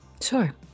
Sure